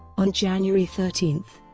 on january thirteen,